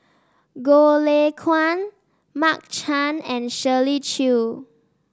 Goh Lay Kuan Mark Chan and Shirley Chew